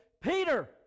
Peter